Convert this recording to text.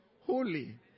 Holy